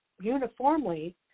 uniformly